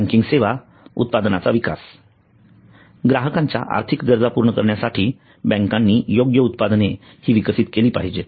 banking सेवा उत्पादनाचा विकास ग्राहकांच्या आर्थिक गरजा पूर्ण करण्यासाठी बँकांनी योग्य उत्पादने हि विकसित केली पाहिजेत